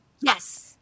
Yes